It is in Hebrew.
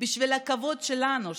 בשביל הכבוד שלנו,